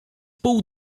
pół